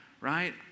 right